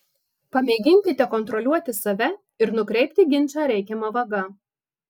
pamėginkite kontroliuoti save ir nukreipti ginčą reikiama vaga